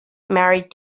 married